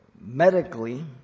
Medically